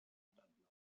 anlaufen